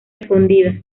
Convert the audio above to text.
escondida